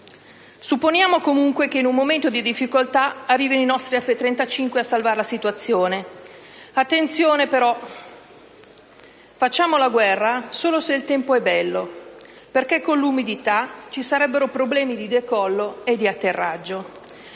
Supponiamo, comunque, che in un momento di difficoltà arrivino i nostri F-35 a salvare la situazione. Attenzione, però: facciamo la guerra solo se il tempo è bello perché con l'umidità ci sarebbero problemi di decollo e di atterraggio.